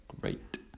great